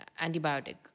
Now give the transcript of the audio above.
antibiotic